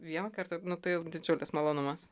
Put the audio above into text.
vieną kartą nu tai didžiulis malonumas